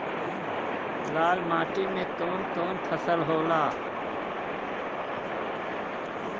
लाल माटी मे कवन कवन फसल होला?